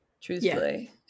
truthfully